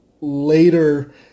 later